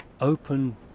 open